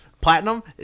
Platinum